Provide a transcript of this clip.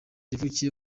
yavukiye